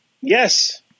Yes